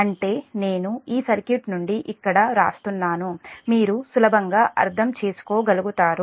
అంటే నేను ఈ సర్క్యూట్ నుండి ఇక్కడ వ్రాస్తున్నాను మీరు సులభంగా అర్థం చేసుకోగలుగుతారు